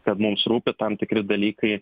kad mums rūpi tam tikri dalykai